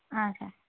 ᱟᱪᱪᱷᱟ